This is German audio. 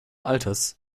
alters